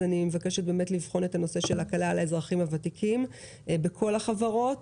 אני מבקשת לבחון את הנושא של ההקלה על האזרחים הוותיקים בכל החברות.